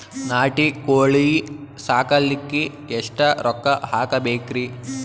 ನಾಟಿ ಕೋಳೀ ಸಾಕಲಿಕ್ಕಿ ಎಷ್ಟ ರೊಕ್ಕ ಹಾಕಬೇಕ್ರಿ?